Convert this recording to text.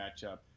matchup